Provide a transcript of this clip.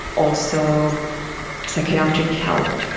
also psychiatric help,